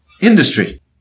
industry